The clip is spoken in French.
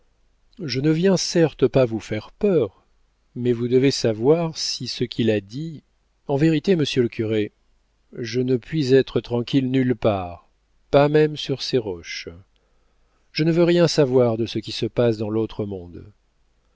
je ne viens certes pas vous faire peur mais vous devez savoir si ce qu'il a dit en vérité monsieur le curé je ne puis être tranquille nulle part pas même sur ces roches je ne veux rien savoir de ce qui se passe dans l'autre monde